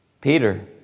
Peter